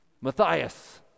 Matthias